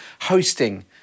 hosting